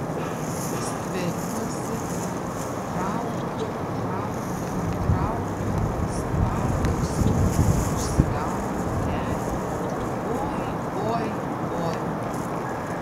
stveriuosi ir traukiu traukiu traukiu spardausi užsigaunu kelį oi oi oi